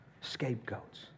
scapegoats